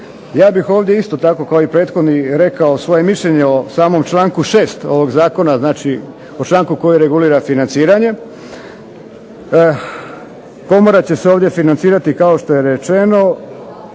Ja bih ovdje isto tako kao i prethodnik rekao svoje mišljenje o samom članku 6. ovog zakona. Znači, o članku koji regulira financiranje. Komora će se ovdje financirati kao što je rečeno